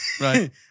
Right